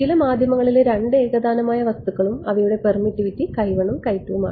ചില മാധ്യമങ്ങളിലെ 2 ഏകതാനമായ വസ്തുക്കളും അവയുടെ പെർമിറ്റിവിറ്റി ഉം ഉം ആണ്